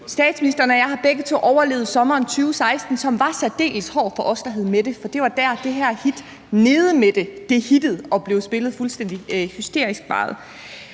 Statsministeren og jeg har begge to overlevet sommeren 2016, som var særdeles hård for os, der hed Mette, for det var der, det her hit »Nede Mette« hittede og blev spillet fuldstændig hysterisk meget.